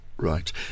Right